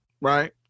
right